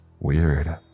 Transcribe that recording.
Weird